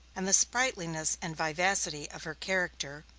and the sprightliness and vivacity of her character,